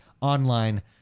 online